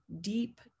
deep